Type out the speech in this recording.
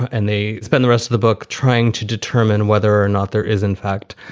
and they spend the rest of the book trying to determine whether or not there is, in fact,